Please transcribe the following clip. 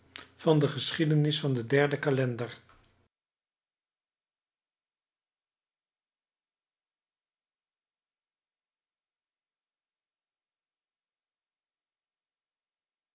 van de geschiedenis van den derden calender